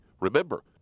Remember